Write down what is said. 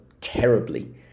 terribly